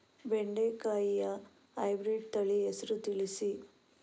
ಬೆಂಡೆಕಾಯಿಯ ಹೈಬ್ರಿಡ್ ತಳಿ ಹೆಸರು ತಿಳಿಸಿ?